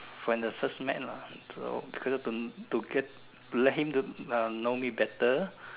when the first met lah so girl to to get let him to uh know me better